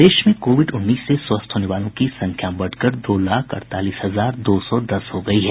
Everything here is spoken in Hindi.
प्रदेश में कोविड उन्नीस से स्वस्थ होने वालों की संख्या बढ़कर दो लाख अड़तालीस हजार दो सौ दस हो गयी है